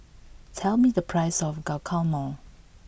tell me the price of Guacamole